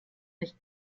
nicht